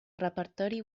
repertori